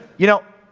you know,